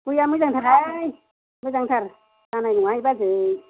गया मोजांथारहाय मोजांथार जानाय नङाहाय बाजै